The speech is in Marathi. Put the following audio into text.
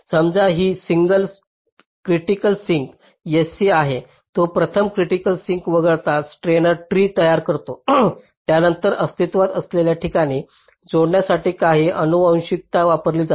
समजा की सिंगल क्रिटिक सिंक sc आहे तो प्रथम क्रिटिकल सिंक वगळता स्टेनर ट्री तयार करतो त्यानंतर अस्तित्वात असलेल्या ठिकाणी जोडण्यासाठी काही आनुवंशिकता वापरते